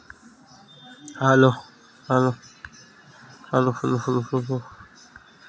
फसल मा कीट मारे के का उदिम होथे?